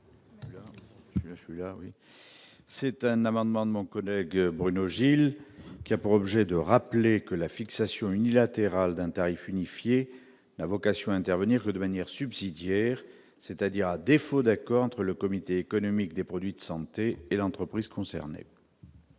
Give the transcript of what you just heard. c'est un amendement de manque Honegger Bruno Gilles, qui a pour objet de rappeler que la fixation unilatérale d'un tarif unifié la vocation à intervenir de manière subsidiaire, c'est-à-dire à défaut d'accord entre le comité économique des produits de santé et l'entreprise concernée.